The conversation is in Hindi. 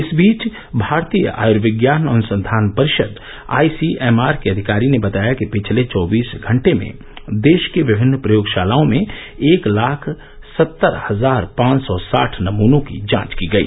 इस बीच भारतीय आय्र्विज्ञान अनुसंघान परिषद आईसीएमआर के अधिकारी ने बताया कि पिछले चौबीस घंटे में देश की विभिन्न प्रयोगशालाओं में एक लाख सत्तर हजार पांच सौ साठ नमूनों की जांच की गई